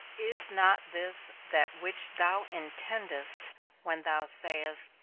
is not this that which thou intendest when thou sayest,